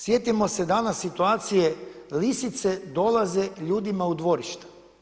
Sjetimo se danas situacije lisice dolaze ljudima u dvorišta.